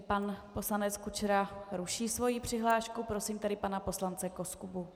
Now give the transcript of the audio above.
Pan poslanec Kučera ruší svoji přihlášku, prosím tedy pana poslance Koskubu.